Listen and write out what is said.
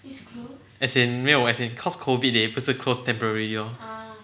as in 没有 cause COVID they 不是 close temporarily lor